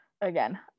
Again